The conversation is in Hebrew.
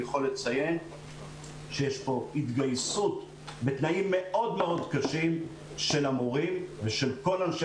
אני יכול לציין שיש פה התגייסות של המורים ושל כל אנשי